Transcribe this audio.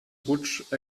rutsch